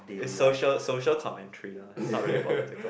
is social social commentary lah it's not really political